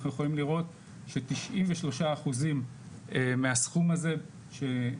אנחנו יכולים לראות ש-93% מהסכום הזה שניתן